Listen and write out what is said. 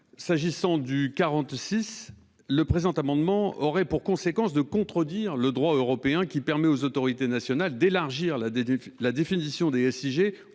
Quant à l'amendement n° 46, il aurait pour conséquence de contredire le droit européen, qui permet aux autorités nationales d'élargir la définition des SIG